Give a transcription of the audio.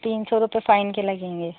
تین سو روپئے فائن کے لگیں گے